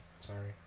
Sorry